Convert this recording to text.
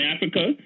Africa